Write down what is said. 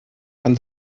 von